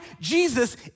Jesus